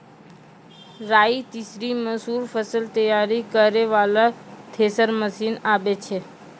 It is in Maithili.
राई तीसी मसूर फसल तैयारी करै वाला थेसर मसीन आबै छै?